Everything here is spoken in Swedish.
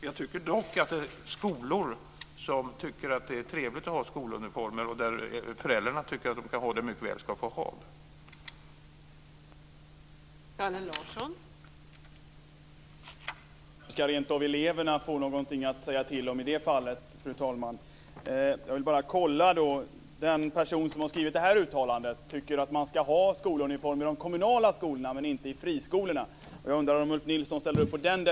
Jag tycker dock att skolor som tycker att det är trevligt att ha skoluniformer och där föräldrarna tycker att man ska ha det mycket väl ska få ha det.